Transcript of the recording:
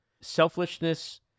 Selfishness